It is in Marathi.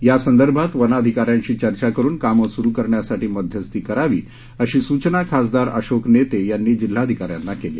यासंदर्भात वनाधिकाऱ्यांशी चर्चा करुन कामे सुरु करण्यासाठी मध्यस्थी करावी अशी सूचना खासदार अशोक नेते यांनी जिल्हाधिकाऱ्यांना केली